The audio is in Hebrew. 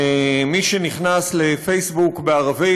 מי שנכנס לפייסבוק בערבית,